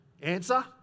answer